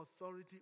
authority